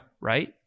right